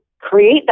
create